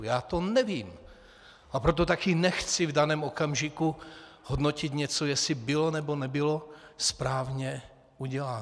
Já to nevím, a proto také nechci v daném okamžiku hodnotit něco, jestli bylo nebo nebylo správně uděláno.